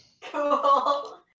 Cool